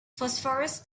phosphorus